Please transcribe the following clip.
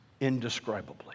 indescribably